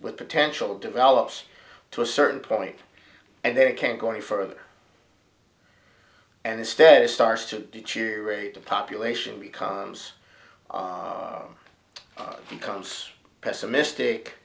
with potential develops to a certain point and then it can't go any further and instead it starts to deteriorate the population becomes becomes pessimistic